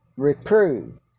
Reprove